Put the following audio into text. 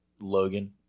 Logan